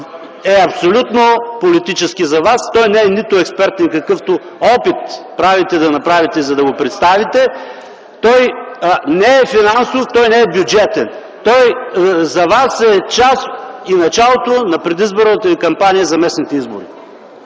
е абсолютно политически. Той не е нито експертен, какъвто опит правите, за да го представите такъв. Той не е финансов, той не е бюджетен. Той за вас е част и началото на предизборната ви кампания за местните избори.